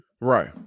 Right